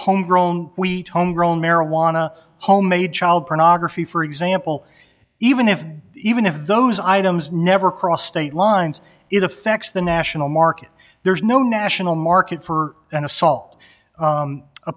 home grown we home grown marijuana homemade child pornography for example even if even if those items never crossed state lines it affects the national market there's no national market for an assault